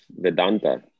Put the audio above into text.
Vedanta